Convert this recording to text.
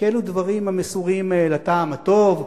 כי אלו דברים המסורים לטעם הטוב,